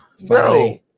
Bro